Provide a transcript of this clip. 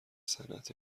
صنعت